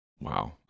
Wow